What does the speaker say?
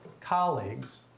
colleagues